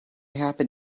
happen